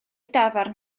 dafarn